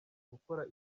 gukora